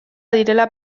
direla